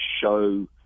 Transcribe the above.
show